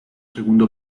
segunda